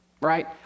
Right